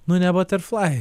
nu ne baterflai